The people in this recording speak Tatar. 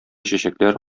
чәчәкләр